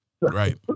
Right